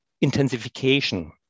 intensification